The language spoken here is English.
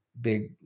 big